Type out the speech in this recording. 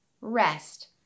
rest